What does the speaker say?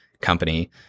company